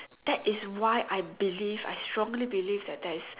that is why I believe I strongly believe that there is